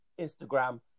Instagram